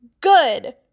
Good